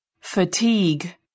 fatigue